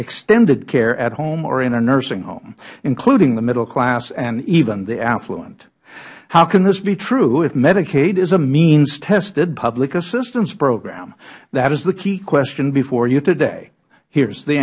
extended care at home or in a nursing including the middle class and even the affluent how can this be true if medicaid is a means tested public assistance program that is the key question before you today here is the